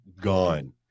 Gone